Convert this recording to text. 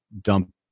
dump